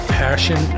passion